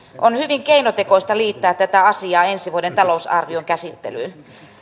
on hyvin keinotekoista liittää tätä asiaa ensi vuoden talousarvion käsittelyyn